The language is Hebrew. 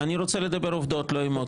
ואני רוצה לדבר עובדות לא אמוציות.